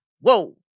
whoa